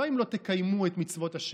לא: אם לא תקיימו את מצוות ה'